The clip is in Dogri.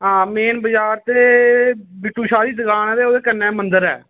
ते मेन बाजार ऐ ते बिट्टु शाह् दी दुकान ऐ ते ओह्दे कन्नै मंदर ऐ